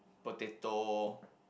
potato